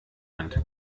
hand